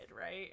right